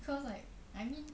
because like I mean